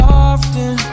often